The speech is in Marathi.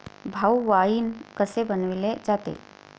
भाऊ, वाइन कसे बनवले जाते?